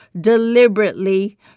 deliberately